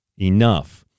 enough